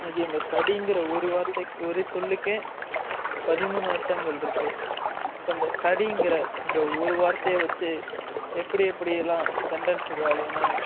ஆகிய இந்த கடிங்கிற ஒரு வார்த்தை ஒரு சொல்லுக்கே பதிமூணு அர்த்தங்கள் இருக்கு இப்போ அந்த கடிங்கிற இந்த ஒரு வார்த்தையை வச்சே எப்படியெப்டி எல்லாம் சென்டன்ஸ் உருவாகுதுன்னா